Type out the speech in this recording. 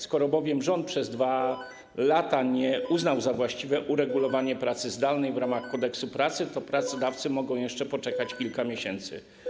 Skoro bowiem rząd przez 2 lata nie uznał za właściwe uregulowanie pracy zdalnej w ramach Kodeksu pracy, to pracodawcy mogą jeszcze poczekać kilka miesięcy.